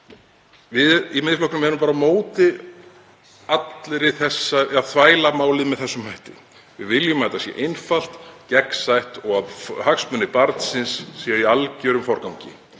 Við í Miðflokknum erum bara á móti því að þvæla málið með þessum hætti. Við viljum að þetta sé einfalt og gegnsætt og að hagsmunir barnsins séu í algerum forgangi.